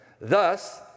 Thus